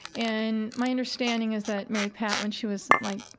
and my understanding is that mary pat, when she was, like,